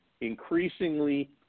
increasingly